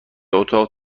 اتاق